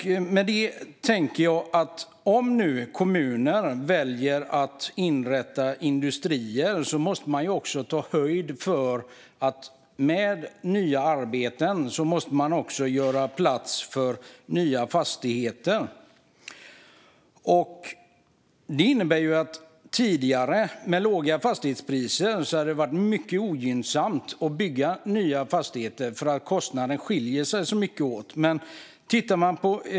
Om kommuner väljer att inrätta industrier måste de ta höjd för att nya arbetstillfällen kräver att man gör plats för nya fastigheter. Med låga fastighetspriser skulle det vara mycket ogynnsamt att bygga nya fastigheter eftersom kostnaderna skiljer sig så mycket åt.